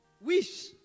Wish